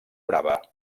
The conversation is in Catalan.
brava